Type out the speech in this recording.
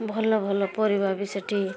ଭଲ ଭଲ ପରିବା ବି ସେଠି